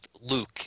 Luke